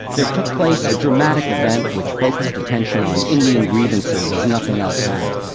there took place a dramatic event which focused attention on indian grievances as nothing else had.